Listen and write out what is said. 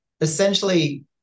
essentially